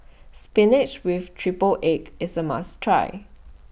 Spinach with Triple Egg IS A must Try